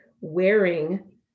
wearing